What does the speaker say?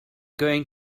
going